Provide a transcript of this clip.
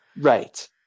Right